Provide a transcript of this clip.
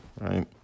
right